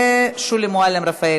ושולי מועלם-רפאלי,